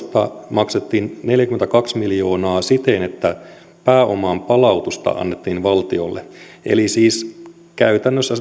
maksettiin neljäkymmentäkaksi miljoonaa siten että pääoman palautusta annettiin valtiolle eli siis käytännössä